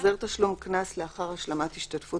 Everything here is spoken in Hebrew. החזר תשלום קנס לאחר השלמת השתתפות